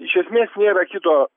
iš esmės nėra kito